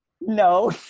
No